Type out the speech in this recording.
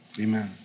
Amen